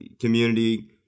community